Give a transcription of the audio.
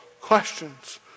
questions